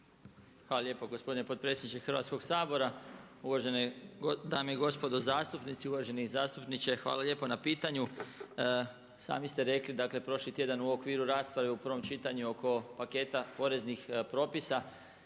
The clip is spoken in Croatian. Hvala lijepo gospodine potpredsjedniče Hrvatskog sabora. Uvažene dame i gospodo zastupnici. Uvaženi zastupniče, hvala lijepa na pitanju. Sami ste rekli dakle prošli tjedan u okviru rasprave u prvom čitanju oko paketa poreznih propisa